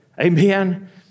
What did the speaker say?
Amen